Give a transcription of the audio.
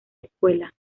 escuela